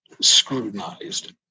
scrutinized